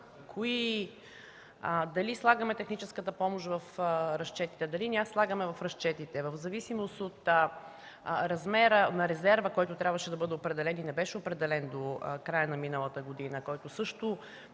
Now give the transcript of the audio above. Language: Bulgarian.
дали слагаме техническата помощ в разчетите, дали не я слагаме в разчетите, в зависимост от размера на резерва, който трябваше да бъде определен, но не беше определен до края на миналата година, който също